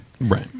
right